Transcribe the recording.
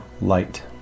light